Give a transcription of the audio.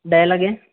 ॾह लॻे